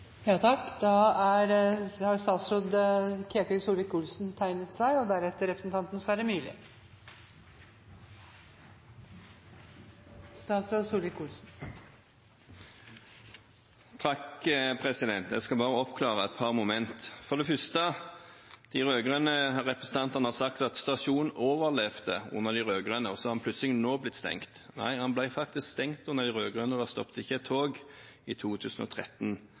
Jeg skal bare oppklare et par momenter. For det første: De rød-grønne representantene har sagt at stasjonen overlevde under de rød-grønne, og så har den plutselig nå blitt stengt. Nei, den ble faktisk stengt under de rød-grønne. Det stoppet ikke et tog der i 2013